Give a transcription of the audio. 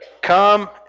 Come